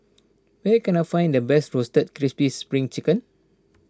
where can I find the best Roasted Crispy Spring Chicken